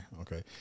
Okay